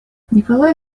николай